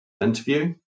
interview